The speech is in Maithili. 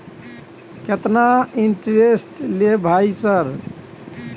केतना इंटेरेस्ट ले भाई सर?